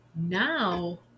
now